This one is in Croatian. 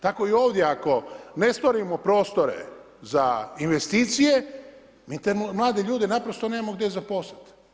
Tako i ovdje, ako ne stvorimo prostore za investicije, mi te mlade ljude nemamo gdje zaposliti.